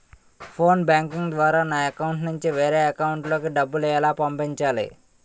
Phone banking ద్వారా నా account నుంచి వేరే అకౌంట్ లోకి డబ్బులు ఎలా పంపించాలి?